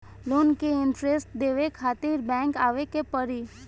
Loan के interest देवे खातिर बैंक आवे के पड़ी?